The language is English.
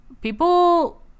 people